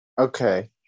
Okay